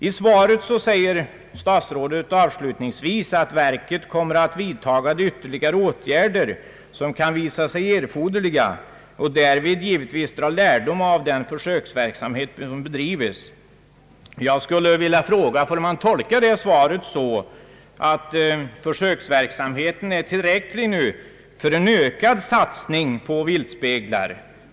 I svaret säger statsrådet avslutningsvis, att verket kommer att » vidta de ytterligare åtgärder, som kan visa sig erforderliga, och därvid givetvis dra lärdom av den försöksverksamhet som bedrivits». Jag skulle vilja fråga: Får man tolka detta svar så att försöksverksamheten nu är tillräcklig för en ökad satsning på viltspeglar?